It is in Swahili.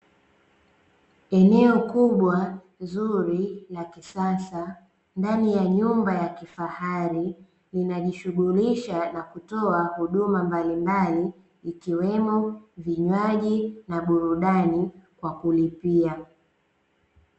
Eneo kubwa zuri la kisasa ndani ya nyumba ya kifahari linajishughulisha na kutoa huduma mbalimbali ikiwemo vinywaji na burudani kwa kulipia.